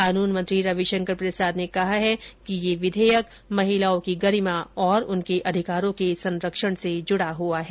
कानून मंत्री रविशंकर प्रसाद कहा कि यह विधेयक महिलाओं की गरीमा और उनके अधिकारों के संरक्षण से जुडा हुआ है